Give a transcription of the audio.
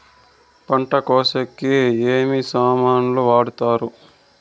పంట కోసేకి ఏమి సామాన్లు వాడుతారు?